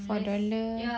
four dollar